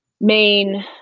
main